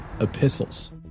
epistles